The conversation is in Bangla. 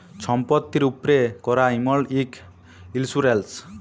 ছম্পত্তির উপ্রে ক্যরা ইমল ইক ইল্সুরেল্স